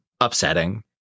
upsetting